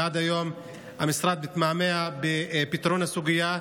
ועד היום המשרד מתמהמה בפתרון הסוגיה.